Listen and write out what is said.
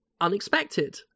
unexpected